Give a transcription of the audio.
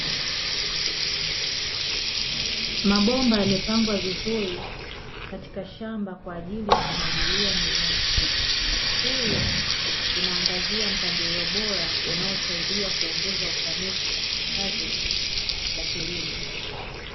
Mabomba yamepangwa vizuri katika shamba kwaajili ya kumwagilia mimea, Hii inagazia mpangilio bora unao saidia kuongeza ufanisi katika kazi za kilimo.